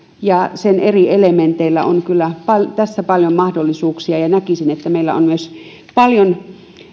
ja sen eri elementeillä on kyllä tässä paljon mahdollisuuksia ja näkisin että meillä on paljon